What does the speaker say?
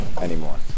anymore